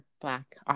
Black